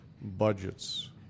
budgets